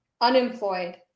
Unemployed